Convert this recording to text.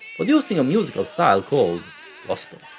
producing a musical style called gospel.